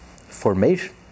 formation